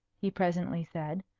he presently said.